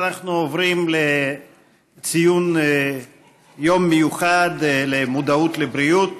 אנחנו עוברים לציון יום מיוחד למודעות לבריאות,